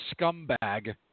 scumbag